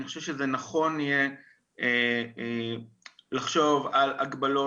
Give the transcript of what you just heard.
אני חושב שזה נכון יהיה לחשוב על הגבלות